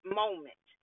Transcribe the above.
moment